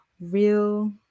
Real